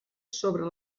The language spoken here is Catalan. sobre